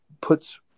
puts